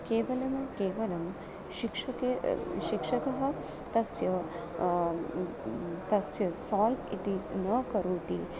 केवलेन केवलं शिक्षके शिक्षकः तस्य तस्य साल् इति न करोति